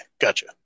gotcha